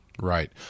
Right